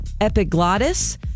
epiglottis